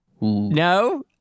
No